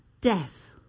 death